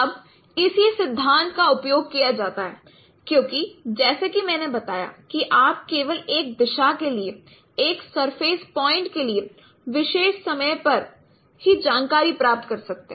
अब इसी सिद्धांत का उपयोग किया जाता है क्योंकि जैसा कि मैंने बताया कि आप केवल एक दिशा के लिए एक सरफेस पॉइंट के लिए विशेष समय पर ही जानकारी प्राप्त कर सकते है